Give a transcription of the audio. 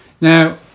Now